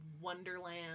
Wonderland